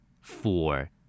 Four